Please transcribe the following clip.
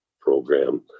program